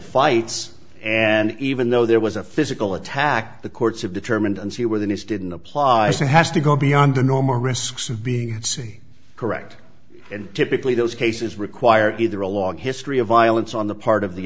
fights and even though there was a physical attack the courts have determined and see where the needs didn't apply to has to go beyond the normal risks of being c correct and typically those cases require either a long history of violence on the part of the